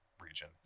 region